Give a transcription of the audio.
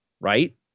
right